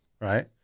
right